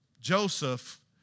Joseph